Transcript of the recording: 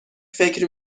فکر